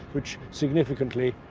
which, significantly,